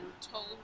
told